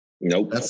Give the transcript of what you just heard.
nope